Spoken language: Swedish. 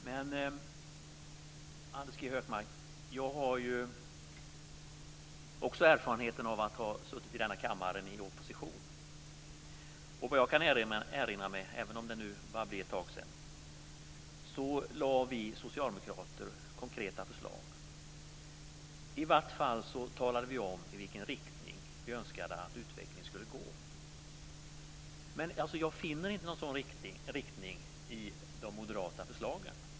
Fru talman! Men, Anders G Högmark, jag har ju också erfarenhet av att ha suttit i denna kammare i opposition. Och vad jag kan erinra mig, även om det nu börjar bli ett tag sedan, lade vi socialdemokrater fram konkreta förslag. I varje fall talade vi om i vilken riktning vi önskade att utvecklingen skulle gå. Men jag finner inte någon sådan riktning i de moderata förslagen.